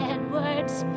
Edward's